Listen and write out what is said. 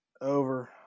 Over